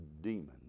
demons